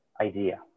idea